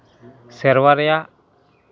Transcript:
ᱥᱮᱨᱣᱟ ᱨᱮᱭᱟᱜ